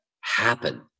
happen